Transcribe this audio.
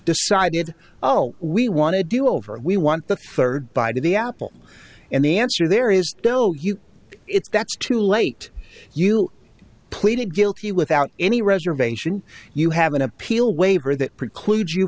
decided oh we want to do over we want the third by the apple and the answer there is no you it's that's too late you pleaded guilty without any reservation you have an appeal waiver that precludes you